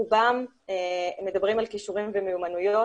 רובם מדברים על כישורים ומיומנויות.